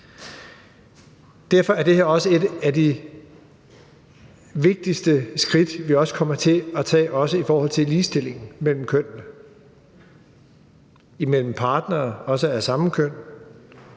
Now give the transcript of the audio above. Derfor er det her også et af de vigtigste skridt, vi kommer til at tage, også i forhold til ligestillingen mellem kønnene, imellem partnere, også af samme køn,